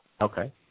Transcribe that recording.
Okay